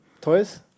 toys